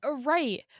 Right